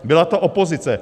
Byla to opozice!